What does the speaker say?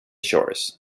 shores